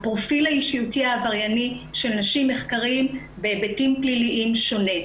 הפרופיל האישיותי העברייני של נשים בהיבטים פליליים שונה.